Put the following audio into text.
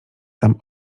tam